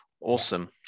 awesome